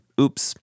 oops